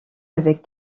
avec